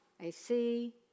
AC